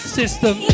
system